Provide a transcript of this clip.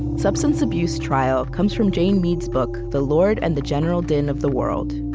substance abuse trial comes from jane mead's book the lord and the general din of the world.